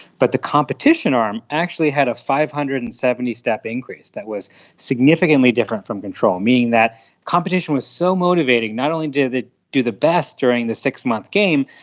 but the competition arm actually had a five hundred and seventy step increase that was significantly different from the control, meaning that competition was so motivating, not only did they do the best during the six-month game,